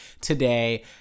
today